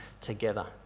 together